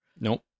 Nope